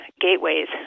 gateways